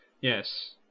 Yes